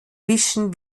mischen